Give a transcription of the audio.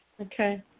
Okay